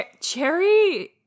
Cherry